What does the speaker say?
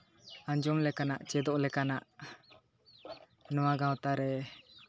ᱟᱡᱚᱢ ᱞᱮᱠᱟᱱᱟᱜ ᱪᱮᱫᱚᱜ ᱞᱮᱠᱟᱱᱟᱜ ᱱᱚᱣᱟ ᱜᱟᱶᱛᱟ ᱨᱮ